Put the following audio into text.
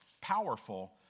powerful